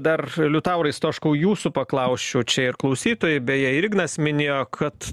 dar liutaurui stoškau jūsų paklausčiau čia ir klausytojai bejeir ignas minėjo kad